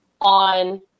on